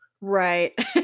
Right